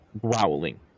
growling